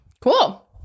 Cool